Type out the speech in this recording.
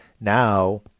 now